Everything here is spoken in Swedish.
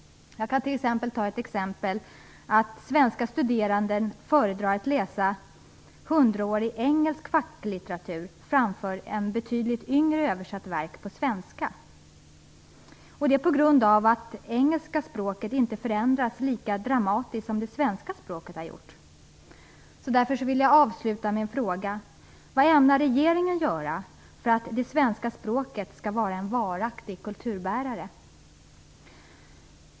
Jag kan som exempel nämna att svenska studerande föredrar att läsa hundraårig engelsk facklitteratur framför ett betydligt yngre översatt verk på svenska på grund av att det engelska språket inte har förändrats lika dramatiskt som det svenska språket. Jag vill därför avsluta med en fråga. Vad ämnar regeringen göra för att det svenska språket skall vara en varaktig kulturbärare?